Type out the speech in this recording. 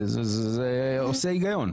זה עושה היגיון.